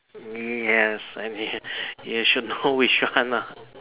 mm yes you should know which one lah